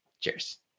Cheers